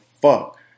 fuck